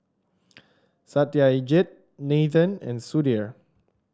Satyajit Nathan and Sudhir